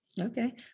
okay